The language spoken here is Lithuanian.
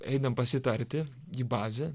einam pasitarti į bazę